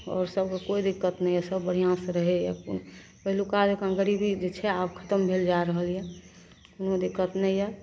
आओर सभकेँ कोइ दिक्कत नहि यऽ सभ बढ़िआँसे रहैए पहिलुका जकाँ गरीबी जे छै आब खतम भेल जै रहल यऽ कोनो दिक्कत नहि यऽ